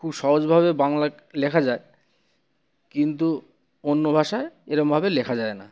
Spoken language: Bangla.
খুব সহজভাবে বাংলা লেখা যায় কিন্তু অন্য ভাষায় এরকমভাবে লেখা যায় না